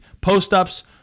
post-ups